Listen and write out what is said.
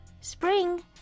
spring